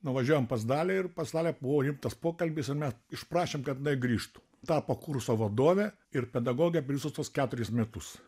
nuvažiuojam pas dalią ir pas dalią buvo rimtas pokalbis ir mes išprašėm kad jinai grįžtų tapo kurso vadove ir pedagoge per visus tuos keturis metus